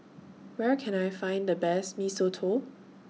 Where Can I Find The Best Mee Soto